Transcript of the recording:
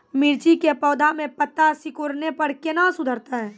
मिर्ची के पौघा मे पत्ता सिकुड़ने पर कैना सुधरतै?